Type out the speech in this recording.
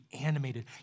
animated